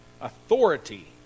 authority